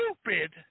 stupid